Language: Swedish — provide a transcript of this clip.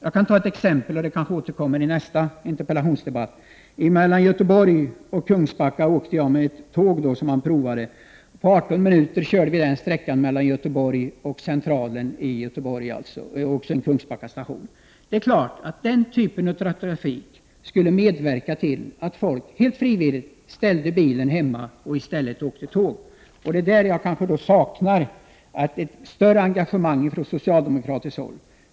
Jag kan ta ett exempel, som kanske kommer att tas upp även i nästa interpellationsdebatt. Jag åkte med tåg, som man provade, på 18 minuter från Göteborgs central till Kungsbacka station. Den typen av trafik skulle medverka till att folk helt frivilligt ställde bilen hemma och i stället åkte tåg. Där saknar jag större engagemang från socialdemokratiskt håll.